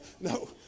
No